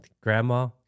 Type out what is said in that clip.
grandma